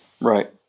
Right